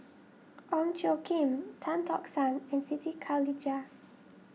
Ong Tjoe Kim Tan Tock San and Siti Khalijah